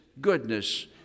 goodness